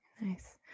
Nice